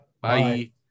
Bye